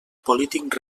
polític